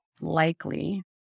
likely